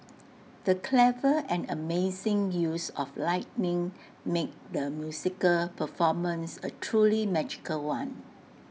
the clever and amazing use of lighting made the musical performance A truly magical one